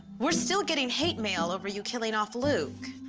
we're still getting hate mail over you killing off luke.